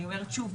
אני אומרת שוב,